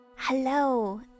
Hello